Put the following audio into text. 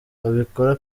babikora